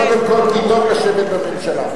קודם כול, כי טוב לשבת בממשלה.